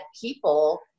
people